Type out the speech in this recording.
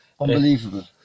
Unbelievable